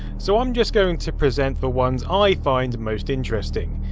so i'm just going to present the ones i find most interesting.